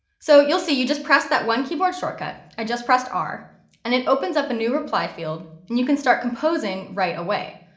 so you'll see, you just press that one keyboard shortcut i just pressed r and it opens up a new reply field. and you can start composing right away,